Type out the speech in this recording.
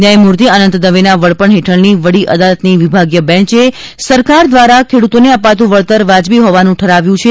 ન્યાયમૂર્તિ અનંત દવેના વડપણ હેઠળની વડી અદાલતની વિભાગીય બેન્ચે સરકાર દ્વારા ખેડૂતોને અપાતું વળતર વાજબી હોવાનું ઠરાવ્યું છે